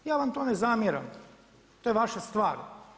Ja vam to ne zamjeram, to je vaša stvar.